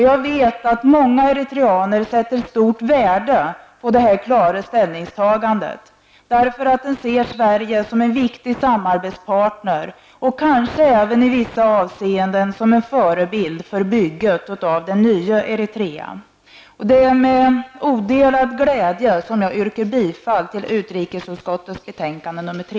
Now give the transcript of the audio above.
Jag vet att många eritreaner sätter stort värde på detta klara ställningstagande, därför att de ser Sverige som en viktig samarbetspartner och kanske även i vissa avseenden som en förebild för byggandet av det nya Det är med odelad glädje som jag yrkar bifall till hemställan i utrikesutskottets betänkande UU3.